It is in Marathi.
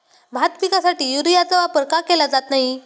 भात पिकासाठी युरियाचा वापर का केला जात नाही?